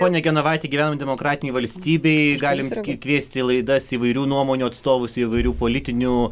ponia genovaite gyvenam demokratinėj valstybėj galim kviesti į laidas įvairių nuomonių atstovus įvairių politinių